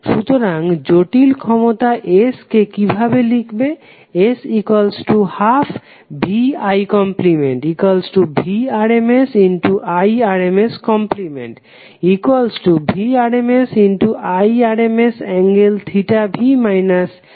সুতরাং জটিল ক্ষমতা S কে কিভাবে লিখবে